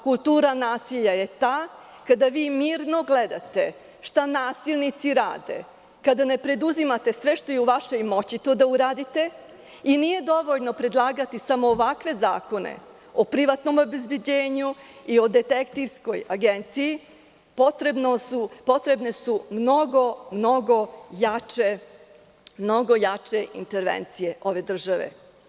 Kultura nasilja kada vi mirno gledate šta nasilnici rade, kada ne preduzimate sve što je u vašoj moći to da uradite i nije dovoljno predlagati samo ovakve zakone o privatnom obezbeđenju i o detektivskoj agenciji, potrebne su mnogo, mnogo jače intervencije ove države.